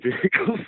vehicles